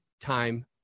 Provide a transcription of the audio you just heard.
time